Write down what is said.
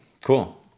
cool